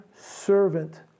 servant